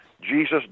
Jesus